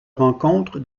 rencontre